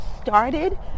started